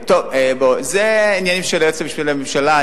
זה עניינים של היועץ המשפטי לממשלה.